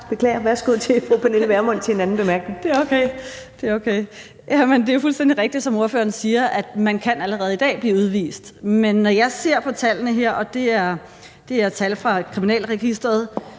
bemærkning. Kl. 10:52 Pernille Vermund (NB): Det er okay. Jamen det er jo fuldstændig rigtigt, som ordføreren siger, at man allerede i dag kan blive udvist, men når jeg ser på tallene her – og det er tal fra Kriminalregisteret